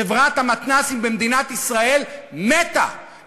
חברת המתנ"סים במדינת ישראל מתה,